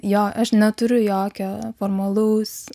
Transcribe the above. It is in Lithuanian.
jo aš neturiu jokio formalaus